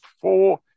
four